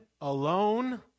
alone